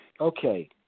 Okay